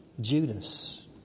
Judas